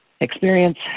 experience